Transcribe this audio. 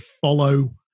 follow